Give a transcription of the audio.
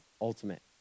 ultimate